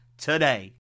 today